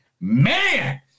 man